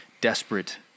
desperate